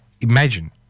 imagine